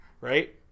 right